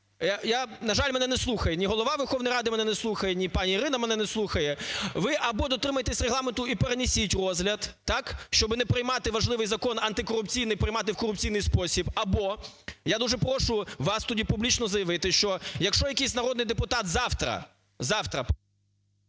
На жаль, мене не слухає ні Голова Верховної Ради мене не слухає, ні пані Ірина мене не слухає. Ви або дотримуйтесь Регламенту і перенесіть розгляд, так, щоби не приймати важливий Закон антикорупційний приймати в корупційний спосіб, або, я дуже прошу вас тоді публічно заявити, що якщо якийсь народний депутат завтра, завтра...